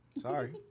Sorry